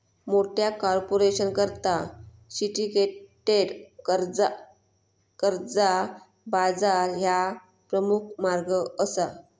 मोठ्या कॉर्पोरेशनकरता सिंडिकेटेड कर्जा बाजार ह्या प्रमुख मार्ग असा